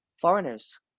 foreigners